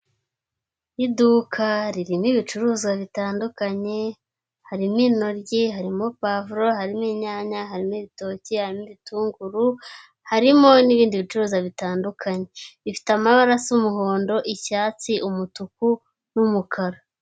Iduka ririmo ibicuruza bitandukanye, harimo intoryi, harimo puwavuro, harimo inyanya, harimo ibitoki, harimo ibitunguru, harimo n'ibindi bicuruza bitandukanye, bifite amabara asa umuhondo, icyatsi, umutuku n'umukara.